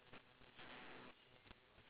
then what else the